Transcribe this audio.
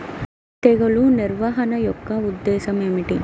తెగులు నిర్వహణ యొక్క ఉద్దేశం ఏమిటి?